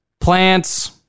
plants